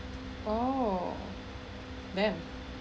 oh then